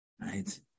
Right